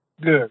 Good